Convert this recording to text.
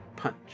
punch